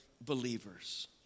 believers